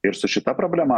ir su šita problema